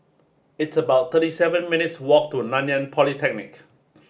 it's about thirty seven minutes' walk to Nanyang Polytechnic